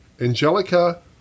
Angelica